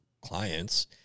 clients